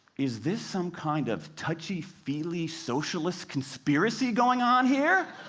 is this some kind of touchy-feely socialist conspiracy going on here?